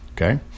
Okay